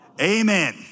amen